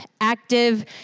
active